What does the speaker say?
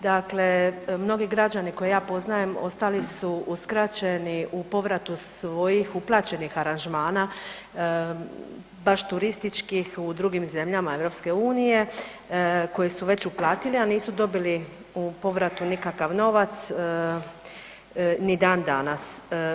Dakle, mnogi građani koje ja poznajem ostali su uskraćeni u povratu svojih uplaćenih aranžmana baš turističkih u drugim zemljama Europske unije koji su već uplatili, a nisu dobili u povratu nikakav novac ni dan danas.